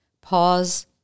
Pause